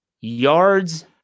yards